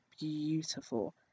beautiful